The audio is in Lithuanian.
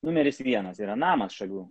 numeris vienas yra namas šalių